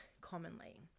commonly